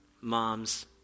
mom's